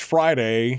Friday